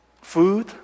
food